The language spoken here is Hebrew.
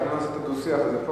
מה הדו-שיח הזה פה?